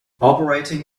operating